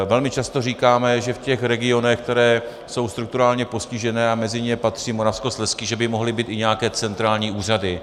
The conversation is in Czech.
Velmi často říkáme, že v těch regionech, které jsou strukturálně postižené, a mezi ně patří Moravskoslezský, by mohly být i nějaké centrální úřady.